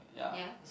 ya